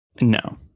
No